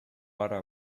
para